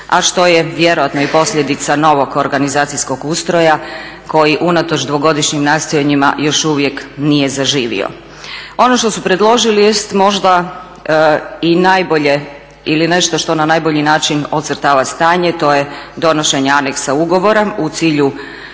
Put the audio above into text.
a što je vjerojatno i posljedica novog organizacijskog ustroja koji unatoč dvogodišnjim nastojanjima još uvijek nije zaživio. Ono što su predložili jest možda i najbolje ili nešto što na najbolji način ocrtava stanje, to je donošenje anexa ugovora u cilju